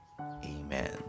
Amen